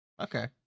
Okay